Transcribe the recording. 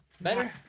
better